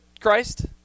Christ